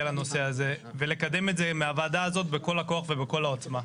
לנושא הזה ולקדם את זה מהוועדה הזאת בכל הכוח ובכל העוצמה,